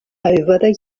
over